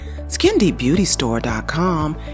SkinDeepBeautyStore.com